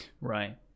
Right